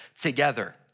together